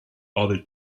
other